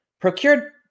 procured